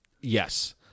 Yes